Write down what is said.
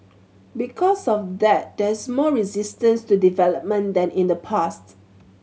because of that there's more resistance to development than in the pasts